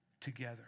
together